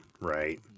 right